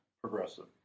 progressive